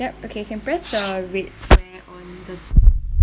yup okay can press the red square on this